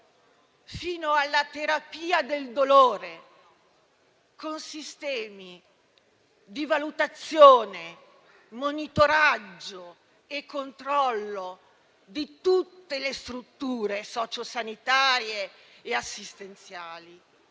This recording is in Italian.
fino alla terapia del dolore, con sistemi di valutazione, monitoraggio e controllo di tutte le strutture socio sanitarie e assistenziali,